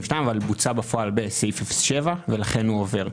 אבל בוצע בפועל בסעיף 07 ולכן הוא עובר.